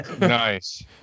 nice